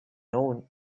own